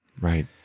Right